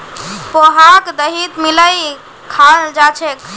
पोहाक दहीत मिलइ खाल जा छेक